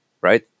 right